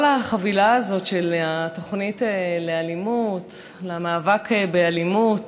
החבילה הזאת של התוכנית למאבק באלימות